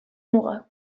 muga